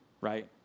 right